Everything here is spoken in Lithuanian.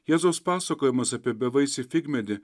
jėzaus pasakojimas apie bevaisį figmedį